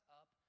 up